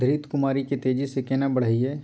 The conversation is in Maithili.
घृत कुमारी के तेजी से केना बढईये?